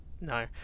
No